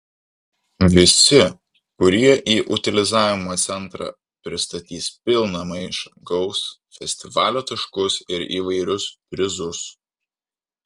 visi kurie į utilizavimo centrą pristatys pilną maišą gaus festivalio taškus ir įvairius prizus